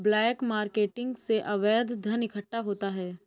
black marketing से अवैध धन इकट्ठा होता है